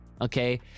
okay